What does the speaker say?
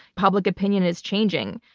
public opinion is changing.